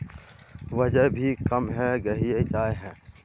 वजन भी कम है गहिये जाय है?